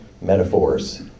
metaphors